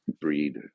breed